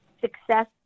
success